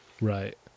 Right